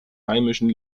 heimischen